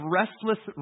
restless